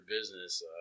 business